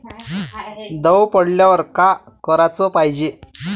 दव पडल्यावर का कराच पायजे?